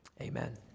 amen